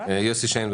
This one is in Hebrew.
יוסי שיין.